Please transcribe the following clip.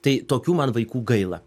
tai tokių man vaikų gaila